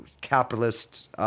capitalist